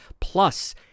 plus